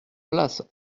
place